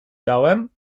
dałem